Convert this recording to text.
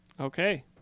Okay